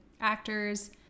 actors